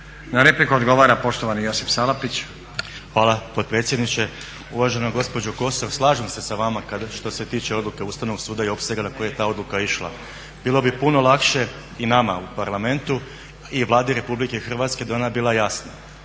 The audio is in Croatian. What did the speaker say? Na repliku odgovara poštovani Josip Salapić. **Salapić, Josip (HDSSB)** Hvala potpredsjedniče. Uvažena gospođo Kosor slažem se sa vama što se tiče Odluke Ustavnog suda i opsega na koji je ta odluka išla. Bilo bi puno lakše, i nama u Parlamentu i Vladi RH, da je ona bila jasna.